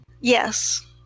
Yes